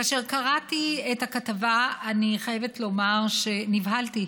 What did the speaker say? כאשר קראתי את הכתבה, אני חייבת לומר שנבהלתי.